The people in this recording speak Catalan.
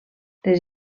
les